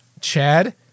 chad